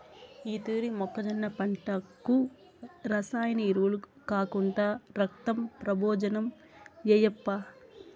ఈ తూరి మొక్కజొన్న పంటకు రసాయన ఎరువులు కాకుండా రక్తం ప్రబోజనం ఏయప్పా